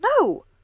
no